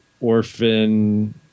orphan